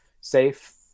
safe